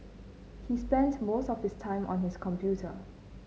he spent most of his time on his computer